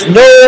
no